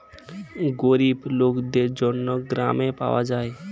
গরিব লোকদের জন্য গ্রামে পাওয়া যায়